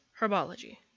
Herbology